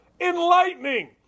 enlightening